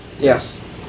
Yes